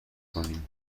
کنی